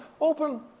open